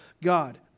God